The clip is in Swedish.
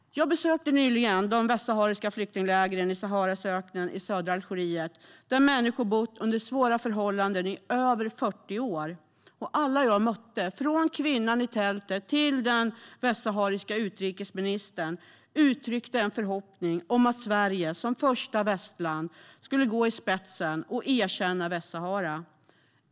Jag besökte nyligen de västsahariska flyktinglägren i Saharaöknen i södra Algeriet, där människor bott under svåra förhållanden i över 40 år. Alla jag mötte, från kvinnan i tältet till den västsahariska utrikesministern, uttryckte en förhoppning om att Sverige som första västland ska gå i spetsen och erkänna Västsahara.